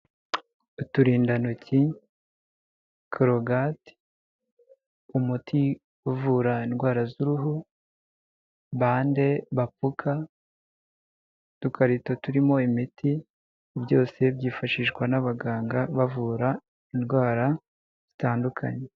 Uturindantoki, korogati, umuti uvura indwara z'uruhu, bande bapfuka, udukarito turimo imiti, byose byifashishwa n'abaganga bavura indwara zitandukanye.